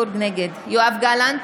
יואב גלנט,